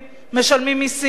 משלמים מסים,